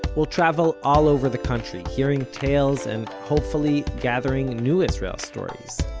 we'll travel all over the country, hearing tales, and hopefully gathering new israel stories.